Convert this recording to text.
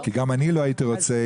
כי גם אני לא הייתי רוצה,